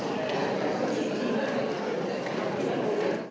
Hvala.